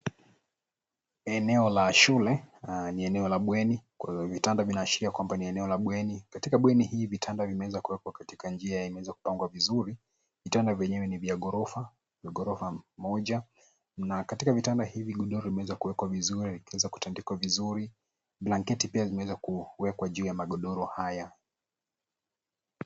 Eneo la shule, ni eneo la bweni kuna vitanda vinaashiria kuwa ni eneo la bweni. Katika bweni hii ,vitanda vimeweza kuwekwa katika njia imeweza kupangwa vizuri. Vitanda vyenyewe ni vya ghorofa moja na katika vitanda hivi godoro imeweza kuwekwa vizuri ikiweza kutandikwa vizuri, blanketi pia zimeweza kuwekwa juu ya magodoro haya.